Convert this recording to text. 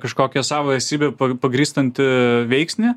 kažkokią savo esybe pagrįstantį veiksnį